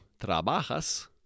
trabajas